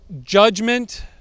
judgment